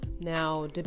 Now